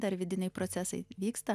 dar vidiniai procesai vyksta